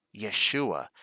Yeshua